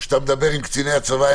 כשאתה מדבר עם קציני הצבא,